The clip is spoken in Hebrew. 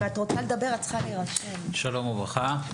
שלום וברכה.